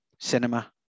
cinema